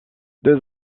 deux